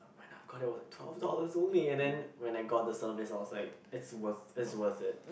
when I got it it was like twelve dollars only and then when I got the service I was like it's worth it's worth it